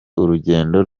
urugendo